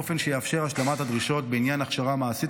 באופן שיאפשר השלמת הדרישות בעניין הכשרה מעשית,